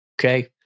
okay